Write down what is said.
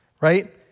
right